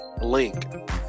link